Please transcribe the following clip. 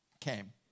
came